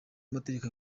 amategeko